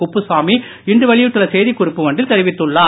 குப்புசாமி இன்று வெளியிட்டுள்ள செய்திகுறிப்பு ஒன்றில் தெரிவித்துள்ளார்